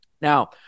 now